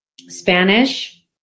Spanish